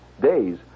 days